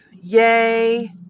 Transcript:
yay